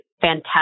fantastic